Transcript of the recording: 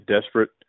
desperate